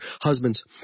husbands